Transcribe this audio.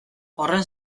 horren